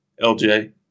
LJ